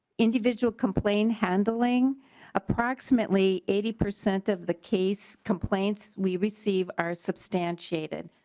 individual complaint handling approximately eighty percent of the case complaints we receive are substantiated.